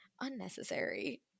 unnecessary